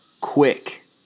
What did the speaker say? quick